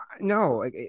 no